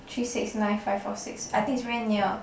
three six nine five four six I think is very near